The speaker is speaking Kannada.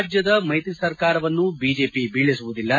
ರಾಜ್ಯದ ಮೈತ್ರಿ ಸರ್ಕಾರವನ್ನು ಬಿಜೆಪಿ ಬೀಳಿಸುವುದಿಲ್ಲ